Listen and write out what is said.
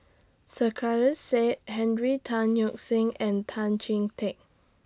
Sarkasi Said Henry Tan Yoke See and Tan Chee Teck